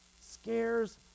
scares